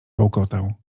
bełkotał